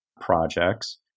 projects